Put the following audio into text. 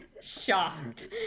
Shocked